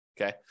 Okay